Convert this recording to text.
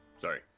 Sorry